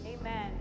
Amen